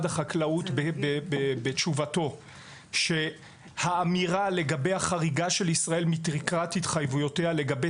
החקלאות בתשובתו שהאמירה לגבי החריגה של ישראל מתקרת התחייבויותיה לגבי